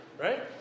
right